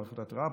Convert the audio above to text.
מערכת התראה.